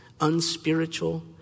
unspiritual